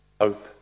hope